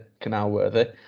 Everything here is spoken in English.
canal-worthy